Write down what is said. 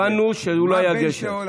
הבנו שהוא לא היה גשר.